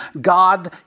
God